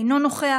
אינו נוכח,